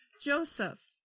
Joseph